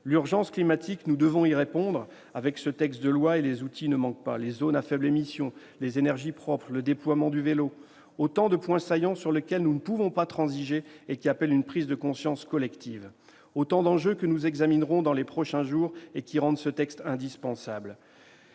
L'urgence climatique, nous devons y répondre avec ce texte de loi, et les outils ne manquent pas : les zones à faibles émissions, les énergies propres, le déploiement du vélo sont autant de points saillants sur lesquels nous ne pouvons pas transiger et qui appellent une prise de conscience collective ; autant d'enjeux que nous examinerons dans les prochains jours et qui rendent ce texte indispensable.